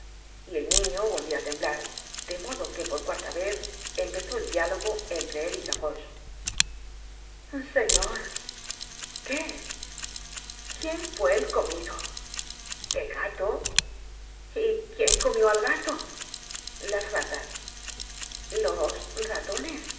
y el niño volvió á temblar de modo que por cuarta vez empezó el diálogo entre él y gavroche señor qué quién fue el comido el gato y quién comió al gato las ratas los ratones